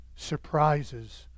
surprises